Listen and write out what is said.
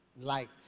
light